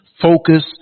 focus